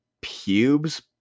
pubes